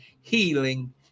healing